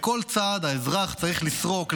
בכל צעד האזרח צריך לסרוק,